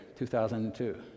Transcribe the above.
2002